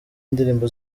indirimbo